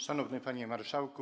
Szanowny Panie Marszałku!